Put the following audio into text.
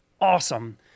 awesome